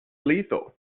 lethal